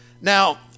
Now